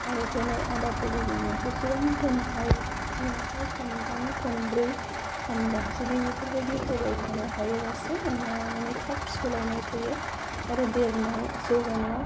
आरो होनाय आदारफोरखौबो जोङो जेसेबां होनो हायो दिनावहाय खनथाम खनब्रै खनबा जुदि बेफोरबायदि होबाय थानो हायोबासो अमाया माने थाब सोलायनाय फैयो आरो देरनाय जौगानायाव थाब